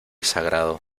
sagrado